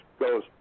goes